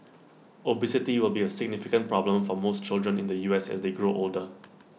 obesity will be A significant problem for most children in the U S as they grow older